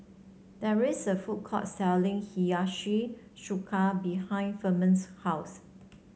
there's a food court selling Hiyashi Chuka behind Firman's house